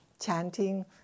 chanting